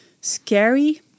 scary